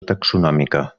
taxonòmica